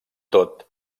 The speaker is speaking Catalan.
tot